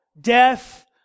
death